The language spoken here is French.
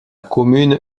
commune